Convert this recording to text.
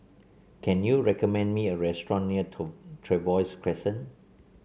can you recommend me a restaurant near Trevose Crescent